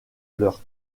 leurs